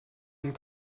und